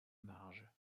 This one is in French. marge